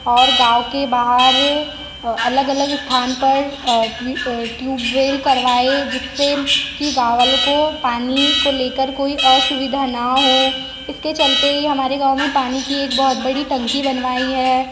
और गाँव के बाहर अलग अलग स्थान पर ट्विबेल करवाए जिससे कि गाँव वालों को पानी को लेकर कोई असुविधा ना हो इसके चलते ही हमारे गाँव में पानी की एक बहुत बड़ी टंकी बनवाई है